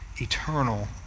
eternal